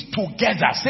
together